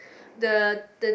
the the